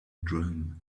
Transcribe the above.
drum